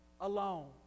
alone